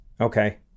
Okay